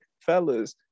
fellas